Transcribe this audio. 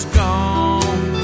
gone